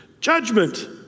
judgment